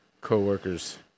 co-worker's